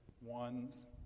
ones